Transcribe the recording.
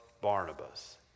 barnabas